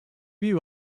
view